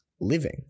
living